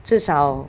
至少